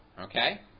okay